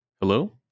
hello